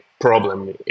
problem